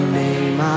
name